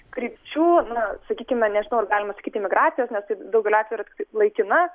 krypčių na sakykime nežinau ar galime sakyti imigracijos nes tai daugeliu atvejų yra tiktai laikina